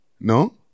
no